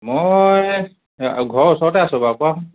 মই ঘৰৰ ওচৰতে আছোঁ বাৰু কোৱাচোন